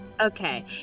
okay